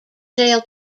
gael